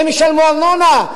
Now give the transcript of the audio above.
הם ישלמו ארנונה.